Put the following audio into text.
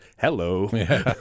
Hello